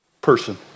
person